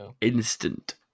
Instant